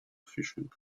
fishing